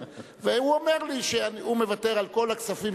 והוא אומר לי שהוא מוותר על כל הכספים